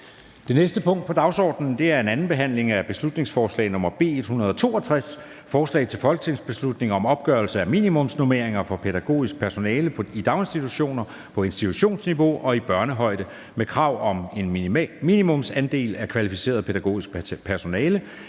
Det næste punkt på dagsordenen er: 80) 2. (sidste) behandling af beslutningsforslag nr. B 162: Forslag til folketingsbeslutning om opgørelse af minimumsnormeringer for pædagogisk personale i daginstitutioner på institutionsniveau og i børnehøjde med krav om en minimumsandel af kvalificeret pædagogisk personale.